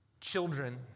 Children